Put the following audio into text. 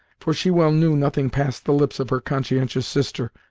for she well knew nothing passed the lips of her conscientious sister,